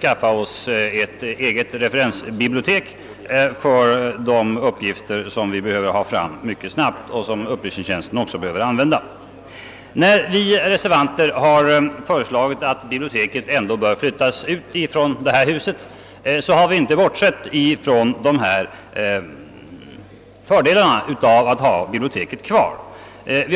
skaffa oss ett eget referensbibliotek för de uppgifter som vi måste ha fram mycket snabbt. även upplysningstjänsten behöver använda ett sådant bibliotek. När reservanterna inom utskottet har föreslagit att biblioteket ändå bör flyttas ut från riksdagshuset, har vi inte bortsett från fördelarna av att ha biblioteket kvar här.